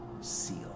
Seal